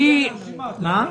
כאשר נקבל את הרשימה נוכל לדעת.